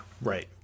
right